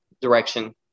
direction